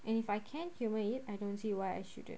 and if I can't humour it I don't see why I shouldn't